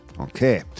okay